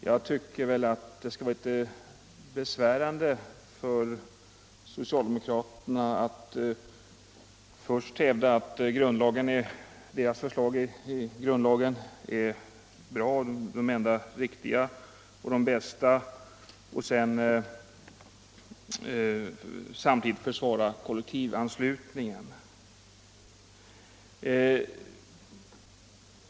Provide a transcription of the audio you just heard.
Jag tycker det skulle vara litet besvärande för socialdemokraterna att först hävda att deras förslag till grundlag är det enda riktiga och samtidigt försvara kollektivanslutningen.